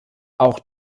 auch